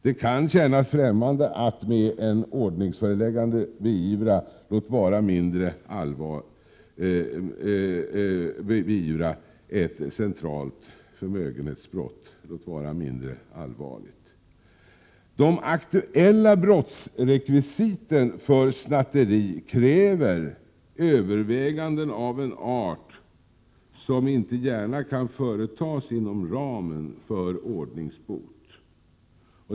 Det kan kännas främmande att med ett ordningsföreläggande beivra ett centralt förmögenhetsbrott, låt vara mindre allvarligt. De aktuella brottsrekvisiten för snatteri kräver överväganden av en art som inte gärna kan företas inom ramen för ordningsbot.